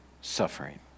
suffering